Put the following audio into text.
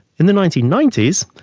in the nineteen ninety s,